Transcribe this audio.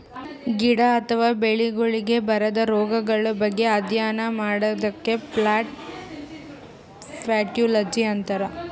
ಗಿಡ ಅಥವಾ ಬೆಳಿಗೊಳಿಗ್ ಬರದ್ ರೊಗಗಳ್ ಬಗ್ಗೆ ಅಧ್ಯಯನ್ ಮಾಡದಕ್ಕ್ ಪ್ಲಾಂಟ್ ಪ್ಯಾಥೊಲಜಿ ಅಂತರ್